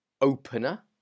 opener